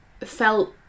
felt